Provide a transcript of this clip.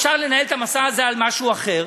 אפשר לנהל את המסע הזה על משהו אחר,